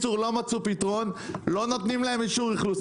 לא מצאו לזה פתרון ולא נותנים להם אישור אכלוס.